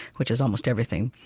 which is almost everything,